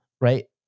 right